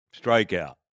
Strikeout